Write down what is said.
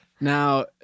Now